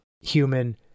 human